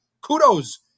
kudos